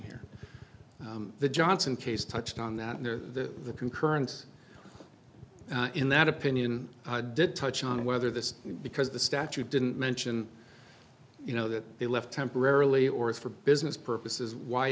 here the johnson case touched on that in the concurrence in that opinion did touch on whether this because the statute didn't mention you know that they left temporarily or for business purposes why